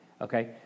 Okay